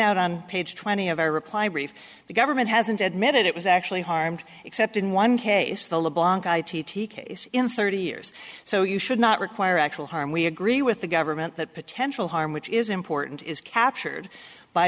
out on page twenty of our reply brief the government hasn't admitted it was actually harmed except in one case the leblanc i t t case in thirty years so you should not require actual harm we agree with the government that potential harm which is important is captured by